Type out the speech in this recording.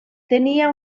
tenia